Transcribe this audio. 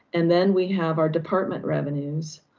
and then we have our department revenues